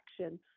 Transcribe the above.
action